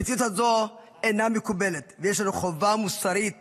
המציאות הזו אינה מקובלת, ויש לנו חובה מוסרית